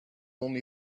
only